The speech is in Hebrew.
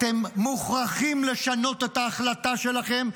אתם מוכרחים לשנות את ההחלטה שלכם,